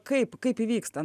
kaip kaip įvyksta